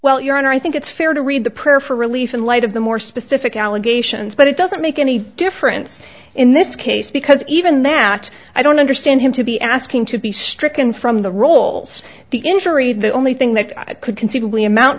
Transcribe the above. well your honor i think it's fair to read the prayer for relief in light of the more specific allegations but it doesn't make any difference in this case because even that i don't understand him to be asking to be stricken from the rolls the injury the only thing that could conceivably amount